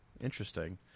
Interesting